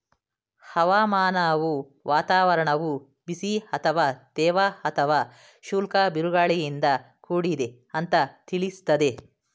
ಹವಾಮಾನವು ವಾತಾವರಣವು ಬಿಸಿ ಅಥವಾ ತೇವ ಅಥವಾ ಶುಷ್ಕ ಬಿರುಗಾಳಿಯಿಂದ ಕೂಡಿದೆ ಅಂತ ತಿಳಿಸ್ತದೆ